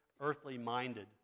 earthly-minded